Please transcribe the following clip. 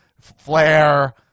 flair